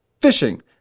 fishing